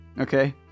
Okay